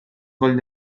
gol